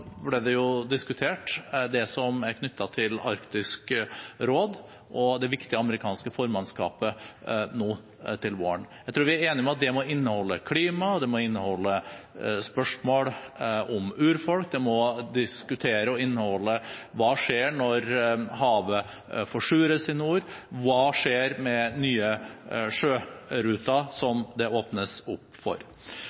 det som er knyttet til Arktisk råd og det viktige amerikanske formannskapet nå til våren. Jeg tror vi er enige om at det må inneholde klima, det må inneholde spørsmål om urfolk, det må diskutere og inneholde hva som skjer når havet forsures i nord, hva som skjer med nye sjøruter som